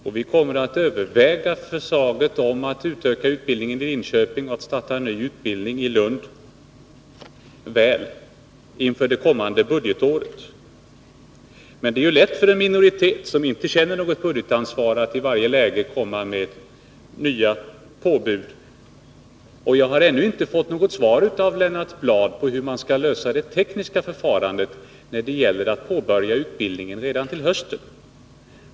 Inför det kommande budgetåret skall vi väl överväga förslaget om att utöka utbildningen i Linköping och att starta en ny utbildning i Lund. Men det är ju lätt för en minoritet, som inte känner något budgetansvar, att i varje läge komma med nya påbud. Jag har ännu inte fått något svar av Lennart Bladh om hur man skall lösa problemet med det tekniska förfarandet när det gäller att påbörja utbildningen redan till hösten.